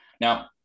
Now